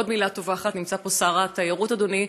עוד מילה טובה אחת, נמצא פה שר התיירות, אדוני,